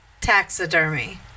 Taxidermy